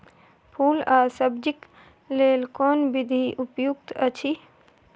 फूल आ सब्जीक लेल कोन विधी उपयुक्त अछि?